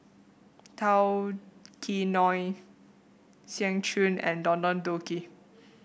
Tao Kae Noi Seng Choon and Don Don Donki